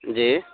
جی